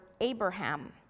Abraham